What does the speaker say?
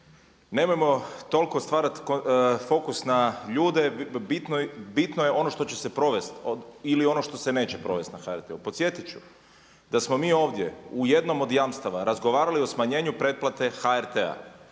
nemojmo toliko stvarati fokus na ljude, bitno je ono što će se provesti ili ono što se neće provesti na HRT-u. Podsjetit ću da smo mi ovdje u jednom od jamstva razgovarali o smanjenju pretplate HRT-a.